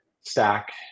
stack